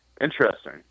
Interesting